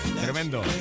tremendo